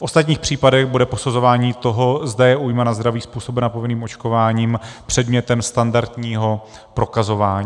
V ostatních případech bude posuzování toho, zda je újma na zdraví způsobena povinným očkováním, předmětem standardního prokazování.